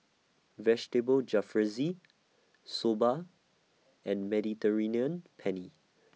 Vegetable Jalfrezi Soba and Mediterranean Penne